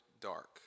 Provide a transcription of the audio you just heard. dark